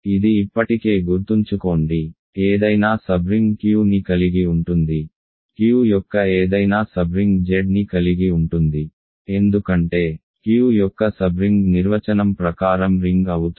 ఇది ఇప్పటికే గుర్తుంచుకోండి ఏదైనా సబ్రింగ్ Q ని కలిగి ఉంటుంది Q యొక్క ఏదైనా సబ్రింగ్ Z ని కలిగి ఉంటుంది ఎందుకంటే Q యొక్క సబ్రింగ్ నిర్వచనం ప్రకారం రింగ్ అవుతుంది